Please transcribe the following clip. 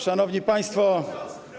Szanowni Państwo!